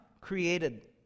created